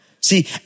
See